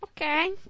Okay